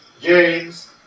James